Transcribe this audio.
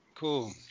Cool